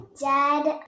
dad